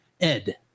Ed